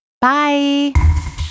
Bye